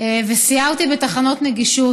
וסיירתי בתחנות נגישות.